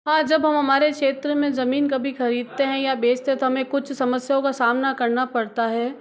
हाँ जब हम हमारे क्षेत्र में ज़मीन कभी खरीदते हैं या बेचते तो हमें कुछ समस्याओं का सामना करना पड़ता है